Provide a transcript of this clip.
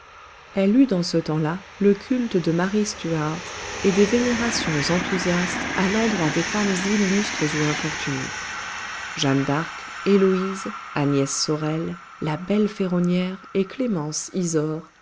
elle eut dans ce temps-là le culte de marie stuart et des vénérations enthousiastes à l'endroit des femmes illustres ou infortunées jeanne d'arc héloïse agnès sorel la belle ferronnière et clémence isaure